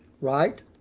right